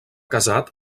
casat